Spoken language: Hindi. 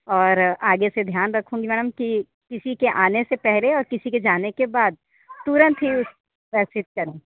और आगे से ध्यान रखूँगी मैडम कि किसी के आने से पहले और किसी के जाने के बाद तुरंत ही उसे व्यवस्तिथ करूं